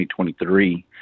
2023